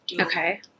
Okay